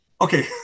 Okay